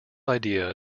idea